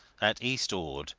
at east ord,